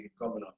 governor